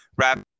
wrap